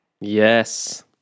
Yes